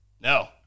No